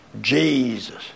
Jesus